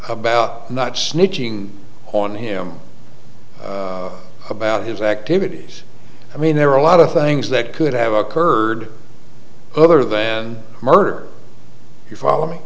about not snitching on him about his activities i mean there are a lot of things that could have occurred other than murder if you follow me